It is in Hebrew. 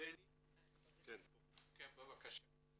בני בבקשה.